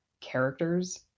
characters